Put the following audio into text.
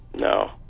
No